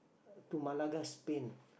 to Malaga Spain